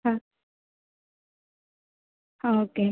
ஆ ஆ ஓகே